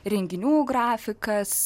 renginių grafikas